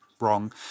wrong